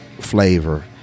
Flavor